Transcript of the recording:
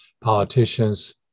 politicians